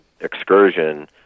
excursion